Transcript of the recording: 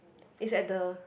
is at the